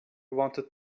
wanted